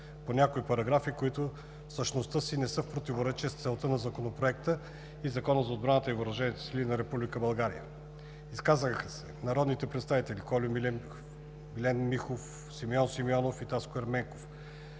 по някои параграфи, които в същността си не са в противоречие с целта на Законопроекта и Закона за отбраната и въоръжените сили на Република България. Изказаха се народните представители Колю Милев, Милен Михов, Симеон Симеонов и Таско Ерменков.